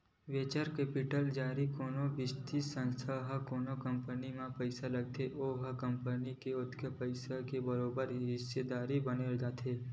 venture capital जरिए कोनो बित्तीय संस्था ह कोनो कंपनी म पइसा लगाथे त ओहा ओ कंपनी के ओतका पइसा के बरोबर हिस्सादारी बन जाथे